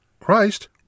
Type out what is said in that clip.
Christ